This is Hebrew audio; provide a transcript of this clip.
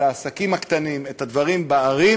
את העסקים הקטנים בערים,